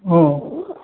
औ